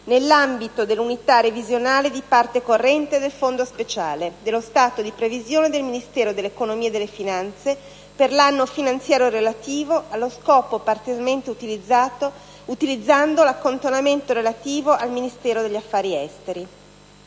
nell'ambito dell'unità previsionale di parte corrente «Fondo speciale» dello stato di previsione del Ministero dell'economia e delle finanze, per l'anno finanziario relativo, allo scopo parzialmente utilizzando l'accantonamento relativo al Ministero degli affari esteri».